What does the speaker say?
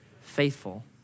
faithful